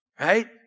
right